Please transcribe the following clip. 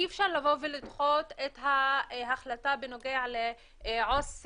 אי אפשר לבוא ולדחות את ההחלטה בנוגע לעו"סים,